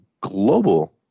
global